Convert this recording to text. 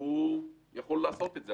הוא יכול לעשות את זה,